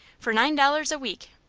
for nine dollars a week.